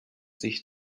sich